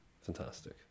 fantastic